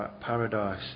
paradise